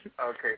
Okay